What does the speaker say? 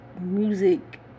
music